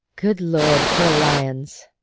good lord, for alliance!